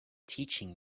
teaching